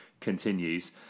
continues